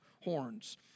horns